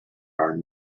are